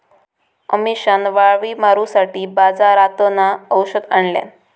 अमिशान वाळवी मारूसाठी बाजारातना औषध आणल्यान